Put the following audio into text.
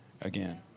again